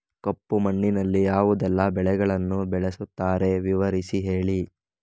ಕಪ್ಪು ಮಣ್ಣಿನಲ್ಲಿ ಯಾವುದೆಲ್ಲ ಬೆಳೆಗಳನ್ನು ಬೆಳೆಸುತ್ತಾರೆ ವಿವರಿಸಿ ಹೇಳಿ